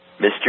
Mr